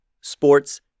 sports